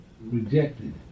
rejected